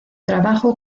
trabajo